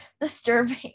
disturbing